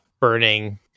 burning